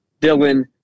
Dylan